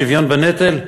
שוויון בנטל?